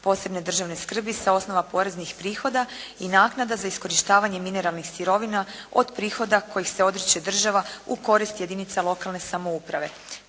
posebne državne skrbi sa osnova poreznih prihoda i naknada za iskorištavanje mineralnih sirovina od prihoda kojih se odriče država u korist jedinica lokalne samouprave,